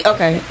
Okay